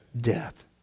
death